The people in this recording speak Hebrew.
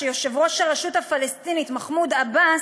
ויושב-ראש הרשות הפלסטינית מחמוד עבאס,